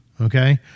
Okay